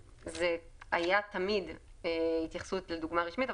הייתה תמיד התייחסות לדוגמה רשמית,